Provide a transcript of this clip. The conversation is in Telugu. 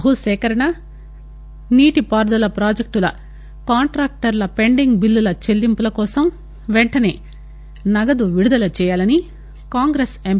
భూ సేకరణ నీటిపారుదల ప్రాజెక్టుల కాంట్రాక్టర్ల పెండింగ్ బిల్లుల చెల్లింపులకోసం పెంటసే నగదు విడుదల చేయాలని కాంగ్రెస్ ఎం